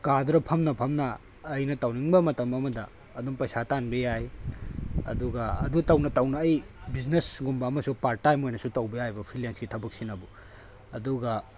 ꯀꯥꯗꯨꯗ ꯐꯝꯅ ꯐꯝꯅ ꯑꯩꯅ ꯇꯧꯅꯤꯡꯕ ꯃꯇꯝ ꯑꯃꯗ ꯑꯗꯨꯝ ꯄꯩꯁꯥ ꯇꯥꯟꯕ ꯌꯥꯏ ꯑꯗꯨꯒ ꯑꯗꯨ ꯇꯧꯅ ꯇꯧꯅ ꯑꯩ ꯕꯤꯖꯤꯅꯦꯁꯒꯨꯝꯕ ꯑꯃꯁꯨ ꯄꯥꯔꯠ ꯇꯥꯏꯝ ꯑꯣꯏꯅꯁꯨ ꯇꯧꯕ ꯌꯥꯏꯑꯕ ꯐ꯭ꯔꯤꯂꯦꯟꯁꯀꯤ ꯊꯕꯛꯁꯤꯅꯕꯨ ꯑꯗꯨꯒ